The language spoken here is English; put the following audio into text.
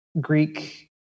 Greek